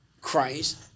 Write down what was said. Christ